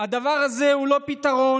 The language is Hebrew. הדבר הזה הוא לא פתרון.